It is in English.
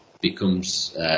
becomes